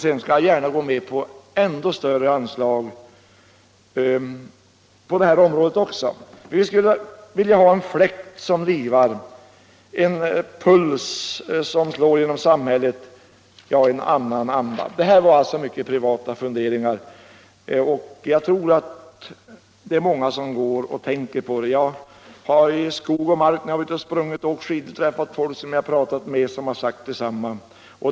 Sedan skall jag gärna gå med på ännu större anslag även på det här området. Jag skulle vilja ha en fläkt som livar upp, en puls som slår igenom samhället — en annan anda. Det här var mycket privata funderingar. Jag tror att det är många som går och tänker så här. När jag sprungit eller åkt skidor i skog och mark har jag träffat människor som sagt detsamma.